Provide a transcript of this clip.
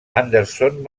anderson